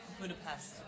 Budapest